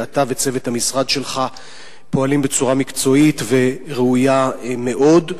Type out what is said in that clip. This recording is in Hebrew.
ואתה וצוות המשרד שלך פועלים בצורה מקצועית וראויה מאוד,